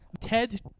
Ted